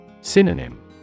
Synonym